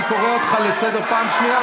אני קורא אותך לסדר פעם שנייה,